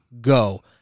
go